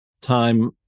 time